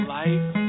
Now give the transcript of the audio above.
life